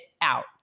out